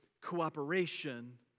cooperation